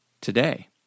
today